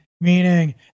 meaning